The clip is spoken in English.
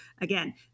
again